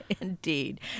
Indeed